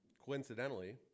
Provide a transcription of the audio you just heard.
Coincidentally